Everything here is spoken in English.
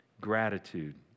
gratitude